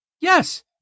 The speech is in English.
yes